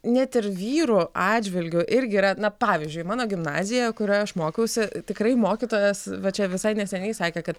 net ir vyrų atžvilgiu irgi yra na pavyzdžiui mano gimnazija kurioje aš mokiausi tikrai mokytojas va čia visai neseniai sakė kad